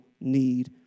need